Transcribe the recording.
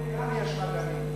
גם באיראן יש מדענים.